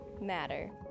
matter